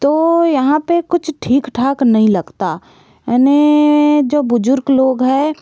तो यहाँ पे कुछ ठीक ठाक नहीं लगता यानि जो बुजुर्ग लोग हैं